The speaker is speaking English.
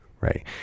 right